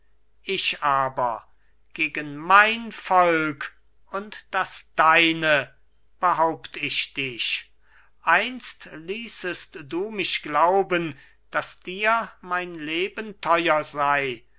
ich aber gegen mein volk und das deine behaupt ich dich einst ließest du mich glauben daß dir mein leben teuer sei